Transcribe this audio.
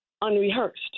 unrehearsed